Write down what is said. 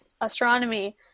astronomy